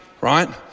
right